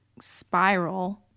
spiral